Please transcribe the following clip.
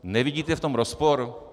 Nevidíte v tom rozpor?